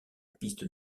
piste